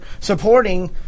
supporting